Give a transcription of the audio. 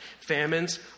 Famines